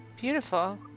Beautiful